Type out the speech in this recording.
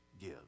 give